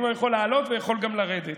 הוא יכול לעלות ויכול גם לרדת.